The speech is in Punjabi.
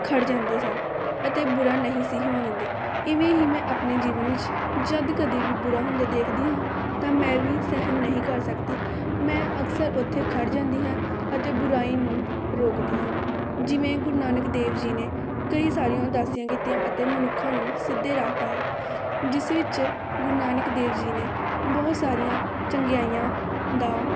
ਖੜ੍ਹ ਜਾਂਦੇ ਸਨ ਅਤੇ ਬੁਰਾ ਨਹੀਂ ਸੀ ਹੋਣ ਦਿੰਦੇ ਇਵੇਂ ਹੀ ਮੈਂ ਆਪਣੇ ਜੀਵਨ ਵਿੱਚ ਜਦ ਕਦੀ ਵੀ ਬੁਰਾ ਹੁੰਦੇ ਦੇਖਦੀ ਹਾਂ ਤਾਂ ਮੈਂ ਵੀ ਸਹਿਣ ਨਹੀਂ ਕਰ ਸਕਦੀ ਮੈਂ ਅਕਸਰ ਉੱਥੇ ਖੜ੍ਹ ਜਾਂਦੀ ਹਾਂ ਅਤੇ ਬੁਰਾਈ ਨੂੰ ਰੋਕਦੀ ਹਾਂ ਜਿਵੇਂ ਗੁਰੂ ਨਾਨਕ ਦੇਵ ਜੀ ਨੇ ਕਈ ਸਾਰੀਆਂ ਉਦਾਸੀਆਂ ਕੀਤੀਆਂ ਅਤੇ ਮਨੁੱਖਾਂ ਨੂੰ ਸਿੱਧੇ ਰਾਹ ਪਾਇਆ ਜਿਸ ਵਿੱਚ ਗੁਰੂ ਨਾਨਕ ਦੇਵ ਜੀ ਨੇ ਬਹੁਤ ਸਾਰੀਆਂ ਚੰਗਿਆਈਆਂ ਦਾ